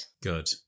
good